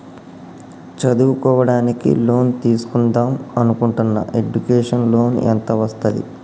చదువుకోవడానికి లోన్ తీస్కుందాం అనుకుంటున్నా ఎడ్యుకేషన్ లోన్ ఎంత వస్తది?